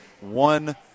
one